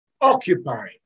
occupying